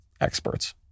experts